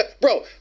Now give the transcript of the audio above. Bro